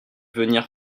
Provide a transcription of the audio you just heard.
venir